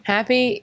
Happy